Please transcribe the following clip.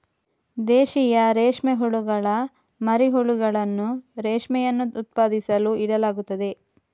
ದೇಶೀಯ ರೇಷ್ಮೆ ಹುಳುಗಳ ಮರಿ ಹುಳುಗಳನ್ನು ರೇಷ್ಮೆಯನ್ನು ಉತ್ಪಾದಿಸಲು ಇಡಲಾಗುತ್ತದೆ